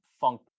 funk